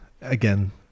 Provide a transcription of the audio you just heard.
Again